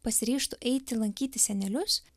pasiryžtų eiti lankyti senelius